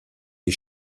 les